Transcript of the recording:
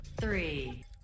Three